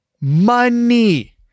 Money